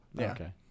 Okay